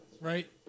right